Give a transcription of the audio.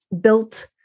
built